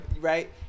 Right